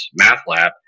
MathLab